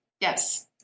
Yes